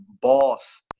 boss